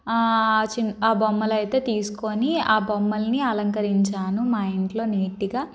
చిన్న బొమ్మలు అయితే తీసుకుని ఆ బొమ్మలని అలంకరించాను మా ఇంట్లో నీట్గా